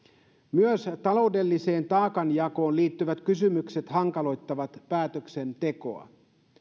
myös taloudelliseen taakanjakoon liittyvät kysymykset hankaloittavat päätöksentekoa